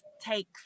take